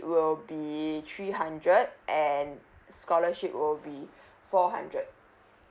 will be three hundred and scholarship will be four hundred